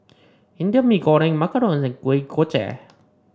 Indian Mee Goreng macarons and Kuih Kochi